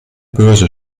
börse